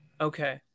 Okay